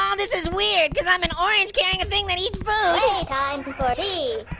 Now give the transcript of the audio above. um this is weird, cause i'm an orange carrying a thing that eats food. play time for me.